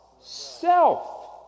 Self